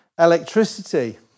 Electricity